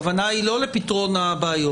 הכוונה היא לא לפתרון הבעיות,